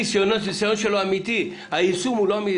הניסיון שלו אמתי, היישום הוא לא.